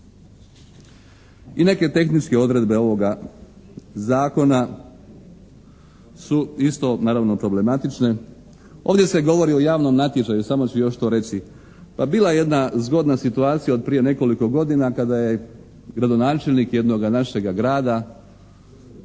I neke tehničke odredbe ovoga zakona su isto naravno problematične. Ovdje se govori o javnom natječaju, samo ću još to reći. Pa bila je jedna zgodna situacija od prije nekoliko godina kada je gradonačelnik jednoga našega grada